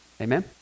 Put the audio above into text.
Amen